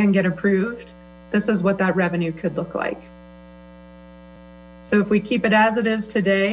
and get approved this is what that revenue could look like so if we keep it as it is today